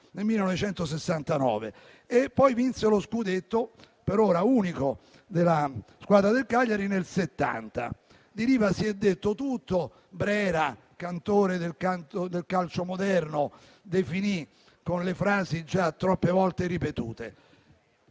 nel 1969, e poi vinse lo scudetto, per ora unico della squadra del Cagliari, nel 1970. Di Riva si è detto tutto. Brera, cantore del calcio moderno, lo definì con le frasi già troppe volte ripetute.